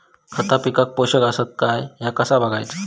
खता पिकाक पोषक आसत काय ह्या कसा बगायचा?